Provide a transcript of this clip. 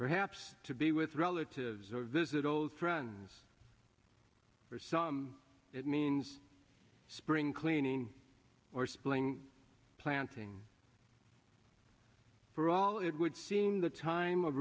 perhaps to be with relatives or visit old friends for some it means spring cleaning or splaying planting for all it would seem the time of